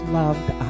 loved